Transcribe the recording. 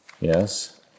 yes